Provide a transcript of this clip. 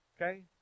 Okay